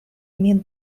min